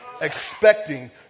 expecting